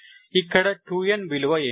ఇక్కడ 2n విలువ ఏమిటి